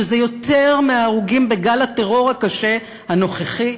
שזה יותר מההרוגים בגל הטרור הקשה הנוכחי?